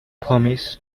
homies